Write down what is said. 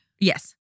Yes